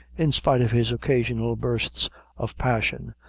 in spite of his occasional bursts of passion,